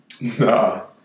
No